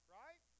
right